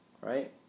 right